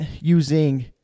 using –